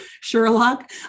Sherlock